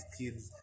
kids